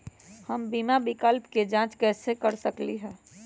हम बीमा विकल्प के जाँच कैसे कर सकली ह?